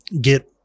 get